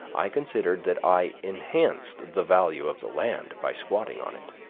i considered that i enhanced the value of the land by squatting on it.